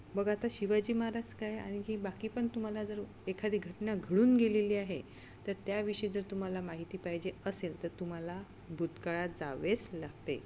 बघ आता शिवाजी महाराज काय आणखी बाकी पण तुम्हाला जर एखादी घटना घडून गेलेली आहे तर त्याविषयी जर तुम्हाला माहिती पाहिजे असेल तर तुम्हाला भूतकाळात जावेच लागते